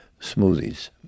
smoothies